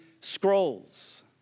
Scrolls